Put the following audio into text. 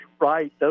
right